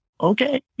okay